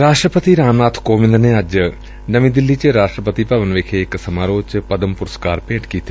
ਰਾਸ਼ਟਰਪਤੀ ਰਾਮ ਨਾਥ ਕੋਵਿੰਦ ਨੇ ਅੱਜ ਰਾਸ਼ਟਰਪਤੀ ਭਵਨ ਚ ਇਕ ਸਮਾਰੋਹ ਚ ਪਦਨ ਪੁਰਸਕਾਰ ਭੇਟ ਕੀਤੇ